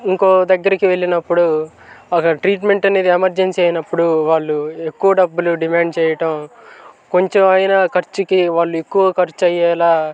ఇంకో దగ్గరకి వెళ్ళినప్పుడు ఒక ట్రీట్మెంట్ అనేది ఎమర్జెన్సీ అయినప్పుడు వాళ్ళు ఎక్కువ డబ్బులు డిమాండ్ చేయటం కొంచెం అయిన ఖర్చుకి వాళ్ళు ఎక్కువ ఖర్చు అయ్యేలా